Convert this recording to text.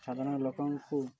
ସାଧାରଣ ଲୋକଙ୍କୁ